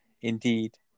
Indeed